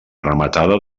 rematada